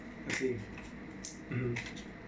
mmhmm mmhmm